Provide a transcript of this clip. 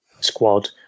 squad